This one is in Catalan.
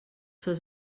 ses